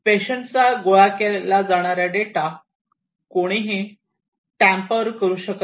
patient चा गोळा केला जाणारा डेटा कोणीही टेम्पर करू शकत नाही